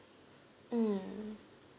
mm